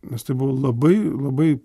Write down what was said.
nes tai buvo labai labai